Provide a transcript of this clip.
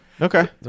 Okay